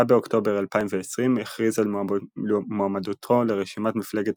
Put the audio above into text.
ב-4 באוקטובר 2020 הכריז על מועמדותו לרשימת מפלגת